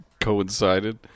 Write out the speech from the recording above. coincided